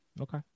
Okay